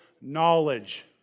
knowledge